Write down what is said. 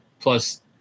plus –